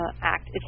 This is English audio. act